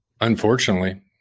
Unfortunately